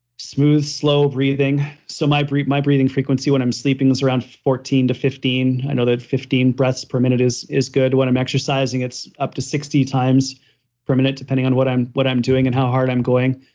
smooth, slow breathing. so, my breathing my breathing frequency when i'm sleeping was around fourteen to fifteen. i know that fifteen breaths per minute is is good. when i'm exercising, it's up to sixty times per minute depending on what i'm what i'm doing and how hard i'm going.